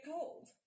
cold